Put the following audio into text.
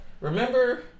remember